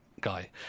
guy